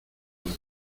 días